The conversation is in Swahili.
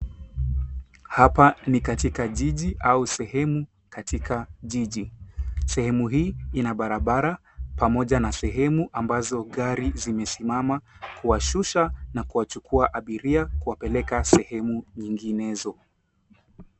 Hapa ni katika jiji au sehemu katika jiji. Sehemu hii ina barabara pamoja na mahali ambapo magari zimesimama kuwashusha na kuwachukua abiria, na kuwapeleka sehemu nyinginezo.